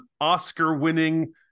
Oscar-winning